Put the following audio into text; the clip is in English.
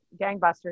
gangbusters